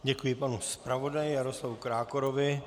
Děkuji panu zpravodaji Jaroslavu Krákorovi.